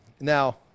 now